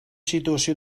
situació